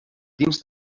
dins